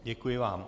Děkuji vám.